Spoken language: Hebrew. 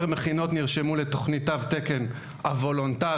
מכינות נרשמו לתכנית תו תקן הוולונטרית,